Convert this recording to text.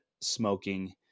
smoking